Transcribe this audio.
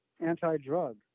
anti-drug